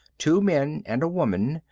two men and a woman,